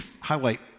highlight